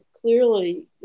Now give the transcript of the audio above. clearly